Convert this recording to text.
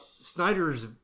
Snyder's